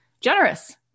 generous